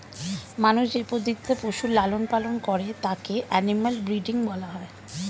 মানুষ যে পদ্ধতিতে পশুর লালন পালন করে তাকে অ্যানিমাল ব্রীডিং বলা হয়